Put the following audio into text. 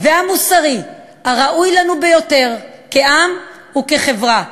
והמוסרי הראוי לנו ביותר כעם וכחברה,